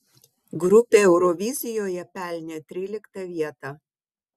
grupė eurovizijoje pelnė tryliktą vietą